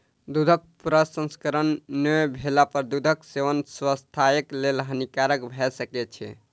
दूधक प्रसंस्करण नै भेला पर दूधक सेवन स्वास्थ्यक लेल हानिकारक भ सकै छै